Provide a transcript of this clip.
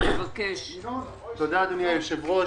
תודה, אדוני היושב-ראש.